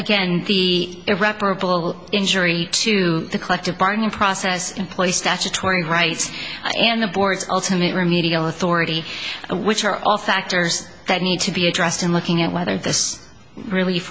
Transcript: again the irreparable injury to the collective bargaining process in place statutory rights and the board's ultimate remedial authority which are all factors that need to be addressed in looking at whether this re